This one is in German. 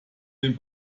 den